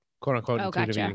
quote-unquote